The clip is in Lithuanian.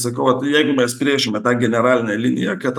sakau o tai jeigu mes brėšime tą generalinę liniją kad